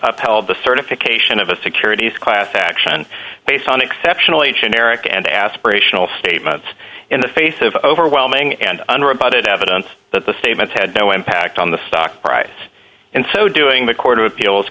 upheld the certification of a securities class action based on exceptionally generic and aspirational statements in the face of overwhelming and unrebutted evidence that the statements had no impact on the stock price in so doing the court of appeals